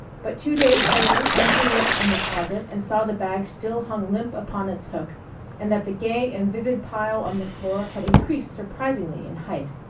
but two days later anthony looked in the closet and saw the bag still hung limp upon its hook and that the gay and vivid pile on the floor had increased surprisingly in height.